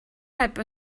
heb